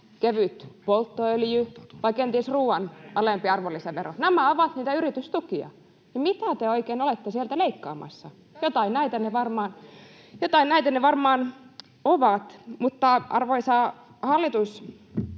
kevyt polttoöljy vai kenties ruuan alempi arvonlisävero. Nämä ovat niitä yritystukia. Mitä te oikein olette sieltä leikkaamassa? [Sari Multala: Se on siellä